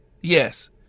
Yes